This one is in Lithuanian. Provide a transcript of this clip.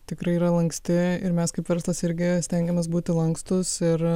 tikrai yra lanksti ir mes kaip verslas irgi stengiamės būti lankstūs ir